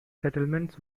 settlements